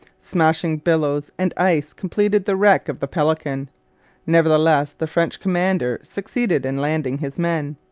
smashing billows and ice completed the wreck of the pelican nevertheless the french commander succeeded in landing his men.